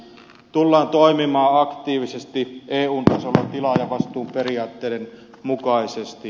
tullaan toimimaan aktiivisesti eun tasolla tilaajavastuun periaatteiden mukaisesti